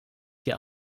dir